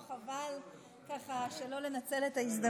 לא חבל, ככה, שלא לנצל את ההזדמנות?